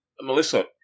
Melissa